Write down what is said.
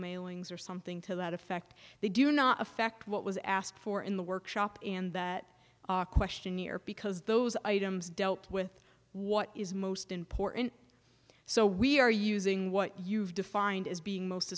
mailings or something to that effect they do not affect what was asked for in the workshop and that question here because those items dealt with what is most important so we are using what you've defined as being most